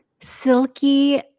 silky